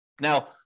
Now